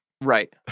Right